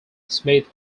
smith